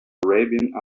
arabian